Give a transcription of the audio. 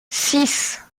six